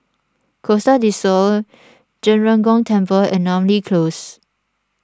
Costa del Sol Zhen Ren Gong Temple and Namly Close